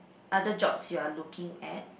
other jobs you are looking at